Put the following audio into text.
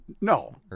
No